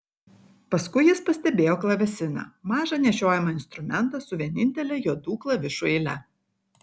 paskui jis pastebėjo klavesiną mažą nešiojamą instrumentą su vienintele juodų klavišų eile